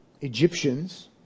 Egyptians